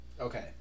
Okay